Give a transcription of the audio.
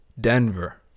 Denver